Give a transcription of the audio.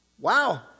Wow